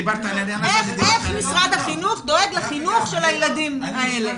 איך משרד החינוך דואג לחינוך של הילדים האלה?